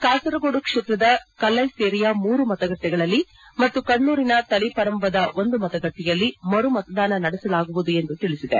ಕಾಸರಗೋಡು ಕ್ಷೇತ್ರದ ಕಲ್ಲೈಸ್ಲೇರಿಯ ಮೂರು ಮತಗಟ್ಟಿಗಳಲ್ಲಿ ಮತ್ತು ಕಣ್ಣೂರಿನ ತಲಿಪರಂಬದ ಒಂದು ಮತಗಟ್ಟೆಯಲ್ಲಿ ಮರು ಮತದಾನ ನಡೆಸಲಾಗುವುದು ಎಂದು ತಿಳಿಸಿದೆ